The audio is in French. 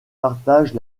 partage